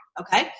Okay